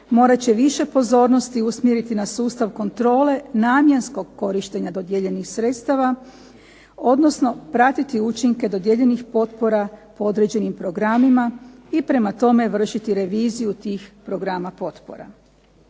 morat će više pozornosti usmjeriti na sustav kontrole namjenskog korištenja dodijeljenih sredstava, odnosno pratiti učinke dodijeljenih potpora po određenim programima i prema tome vršiti reviziju tih programa potpora.